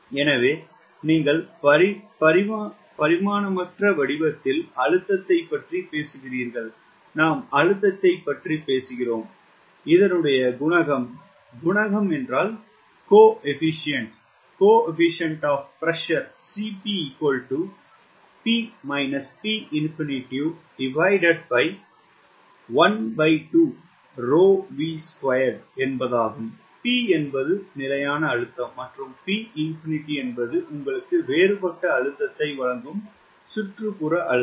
எனவே நீங்கள் பரிமாணமற்ற வடிவத்தில் அழுத்தத்தைப் பற்றி பேசுகிறீர்கள் நாம் அழுத்தத்தைப் பற்றி பேசுகிறோம் இது குணகம் P என்பது நிலையான அழுத்தம் மற்றும் P என்பது உங்களுக்கு வேறுபட்ட அழுத்தத்தை வழங்கும் சுற்றுப்புற அழுத்தம்